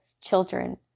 children